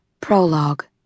Prologue